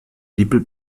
label